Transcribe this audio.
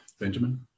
Benjamin